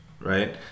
right